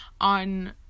on